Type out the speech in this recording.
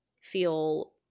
feel